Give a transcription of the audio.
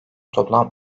toplam